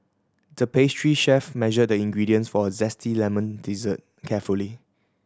the pastry chef measured the ingredients for a zesty lemon dessert carefully